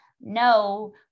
no